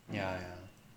ya ya